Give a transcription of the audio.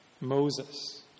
Moses